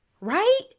Right